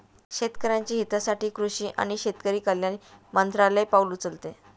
शेतकऱ्याच्या हितासाठी कृषी आणि शेतकरी कल्याण मंत्रालय पाउल उचलते